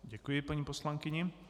Děkuji paní poslankyni.